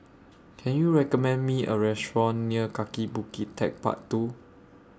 Can YOU recommend Me A Restaurant near Kaki Bukit Techpark two